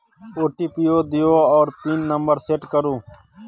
OTP दियौ आ अपन पिन नंबर सेट करु